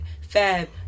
Fab